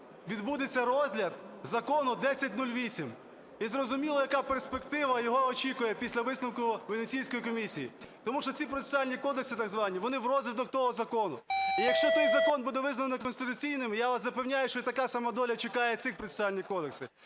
відбудеться розгляд Закону 1008, і зрозуміло, яка перспектива його очікує після висновку Венеційської комісії. Тому що ці процесуальні кодекси так звані, вони в розвиток того закону. І якщо той закон буде визнаний неконституційним, я вас запевняю, що така сама доля чекає ці процесуальні кодекси.